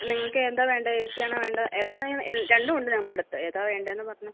ആ നിങ്ങൾക്ക് എന്താ വേണ്ടത് ഏ സിയാണോ വേണ്ടത് ഏതാണേലും രണ്ടുമുണ്ട് നമ്മുടെ അടുത്ത് ഏതാണ് വേണ്ടതെന്ന് പറഞ്ഞാൽ